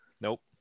Nope